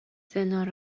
زندان